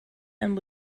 and